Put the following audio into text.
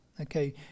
okay